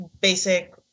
basic